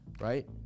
right